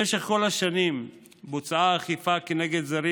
במשך כל השנים בוצעה אכיפה כנגד זרים